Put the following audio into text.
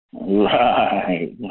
Right